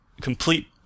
complete